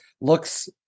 looks